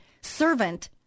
servant